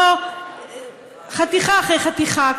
לא חתיכה אחרי חתיכה,